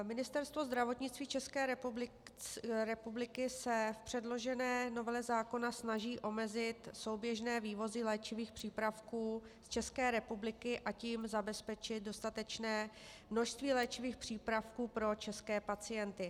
Ministerstvo zdravotnictví České republiky se v předložené novele zákona snaží omezit souběžné vývozy léčivých přípravků z České republiky, a tím zabezpečit dostatečné množství léčivých přípravků pro české pacienty.